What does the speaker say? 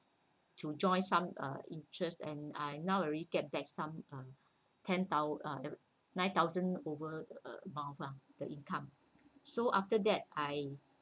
to join some uh interest and I now already get back some uh ten thou~ uh the nine thousand over amount lah the income so after that I